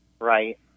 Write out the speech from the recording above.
right